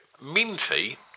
minty